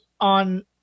on –